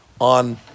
on